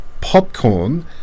popcorn